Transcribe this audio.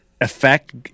effect